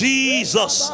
Jesus